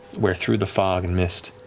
where, through the fog and mist,